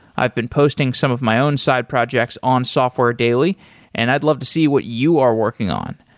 i've been posting some of my own side projects on software daily and i'd love to see what you are working on.